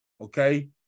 Okay